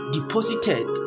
deposited